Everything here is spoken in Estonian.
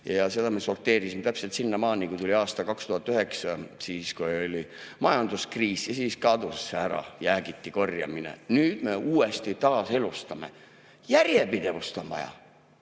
ja seda me sorteerisime täpselt sinnamaani, kui tuli aasta 2009 ja majanduskriis. Siis kadus ära see jäägiti korjamine. Nüüd me uuesti taaselustame seda. Järjepidevust on vaja.